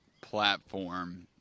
platform